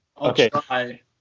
Okay